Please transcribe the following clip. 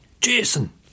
Jason